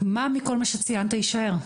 מה מכל מה שציינת יישאר?